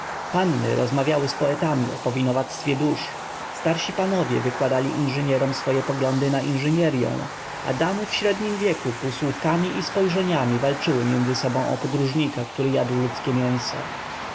panny rozmawiały z poetami o powinowactwie dusz starsi panowie wykładali inżynierom swoje poglądy na inżynieryą a damy w średnim wieku półsłówkami i spojrzeniami walczyły między sobą o podróżnika który jadł ludzkie mięso